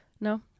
No